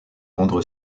rendre